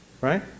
right